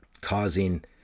Causing